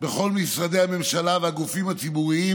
בכל משרדי הממשלה והגופים הציבוריים